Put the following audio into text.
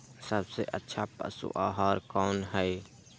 सबसे अच्छा पशु आहार कोन हई?